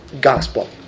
Gospel